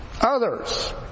others